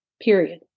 Period